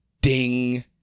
ding